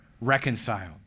reconciled